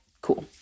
Cool